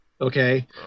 Okay